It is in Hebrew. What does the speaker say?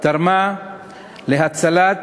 תרמה להצלת